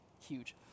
huge